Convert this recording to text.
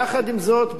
יחד עם זאת,